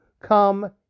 come